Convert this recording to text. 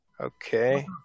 Okay